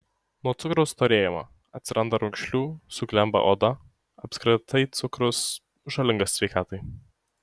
nuo cukraus storėjama atsiranda raukšlių suglemba oda apskritai cukrus žalingas sveikatai